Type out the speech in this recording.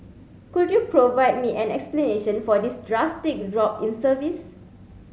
could you provide me an explanation for this drastic drop in service